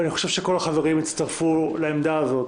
ואני חושב שכל החברים יצטרפו לעמדה הזאת,